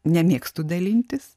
nemėgstu dalintis